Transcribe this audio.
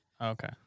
Okay